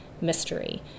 mystery